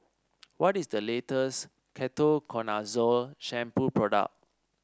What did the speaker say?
what is the latest Ketoconazole Shampoo product